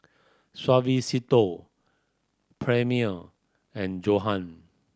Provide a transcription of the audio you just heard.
Suavecito Premier and Johan